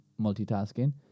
multitasking